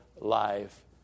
life